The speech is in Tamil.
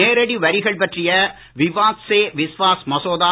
நேரடி வரிகள் பற்றிய விவாத் சே விஸ்வாஸ் மசோதா